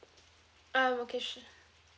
um okay sure